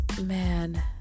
man